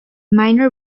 minor